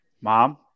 Mom